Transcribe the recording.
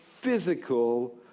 physical